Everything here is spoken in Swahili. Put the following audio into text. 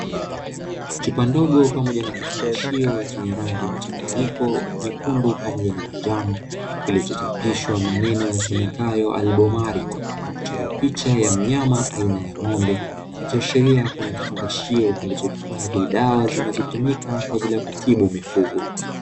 Chupa ndogo pamoja na kifungashio chenye rangi mchanganyiko nyekundu pamoja na manjano kilichochapishwa maneno yasomekayo "Albomar" na kuchorwa picha ya mnyama aina ya ng'ombe ikiashiria kuwa ni kifungashio kilichohifadhi dawa zinazotumika kwa ajili ya kutibu mifugo.